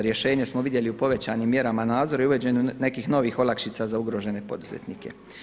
Rješenje smo vidjeli u povećanim mjerama nadzora i uvođenju nekih novih olakšica za ugrožene poduzetnike.